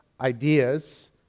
ideas